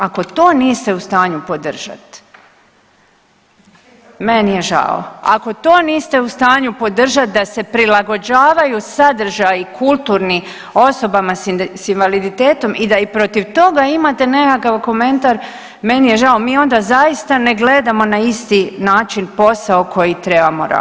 Ako to niste u stanju podržat meni je žao, ako to niste u stanju podržat da se prilagođavaju sadržaji kulturni osobama s invaliditetom i da i protiv toga imate nekakav komentar meni je žao, mi onda zaista ne gledamo na isti način posao koji trebamo raditi.